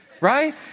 right